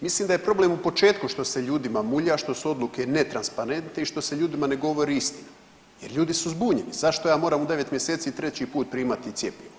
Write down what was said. Mislim da je problem u početku što se ljudima mulja, što su odluke netransparentne i što se ljudima ne govori istina jer ljudi su zbunjeni zašto ja moram u 9 mjeseci 3 put primati cjepivo.